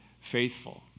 faithful